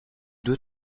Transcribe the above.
deux